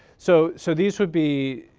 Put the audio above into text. so so these would be